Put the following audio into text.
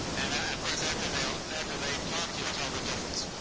and, of course, after they've after they've talked, you'll tell the difference.